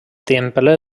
temple